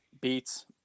Beats